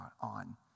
on